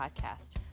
podcast